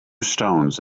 stones